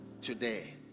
today